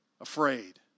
afraid